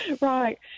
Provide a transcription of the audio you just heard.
right